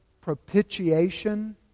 propitiation